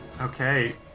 Okay